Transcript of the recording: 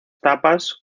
tapas